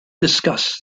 discuss